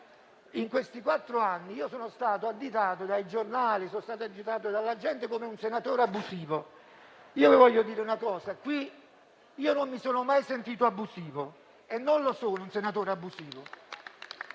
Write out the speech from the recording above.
In questi quattro anni sono stato additato dai giornali e dalla gente come un senatore abusivo. Voglio dire qui che io non mi sono mai sentito abusivo, perché non sono un senatore abusivo